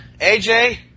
AJ